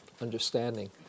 Understanding